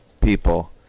people